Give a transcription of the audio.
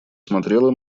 смотрела